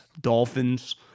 Dolphins